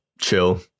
chill